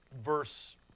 verse